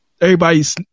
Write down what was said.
Everybody's